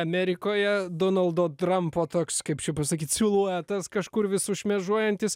amerikoje donaldo trampo toks kaip čia pasakyt siluetas kažkur vis sušmėžuojantis